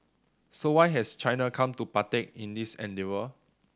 so why has China come to partake in this endeavour